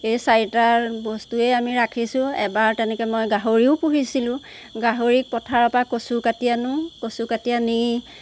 এই চাৰিটা বস্তুৱে আমি ৰাখিছো এবাৰ তেনেকৈ মই গাহৰিও পোহিছিলো গাহৰিক পথাৰৰ পৰা কচু কাটি আনো কচু কাটি আনি